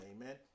amen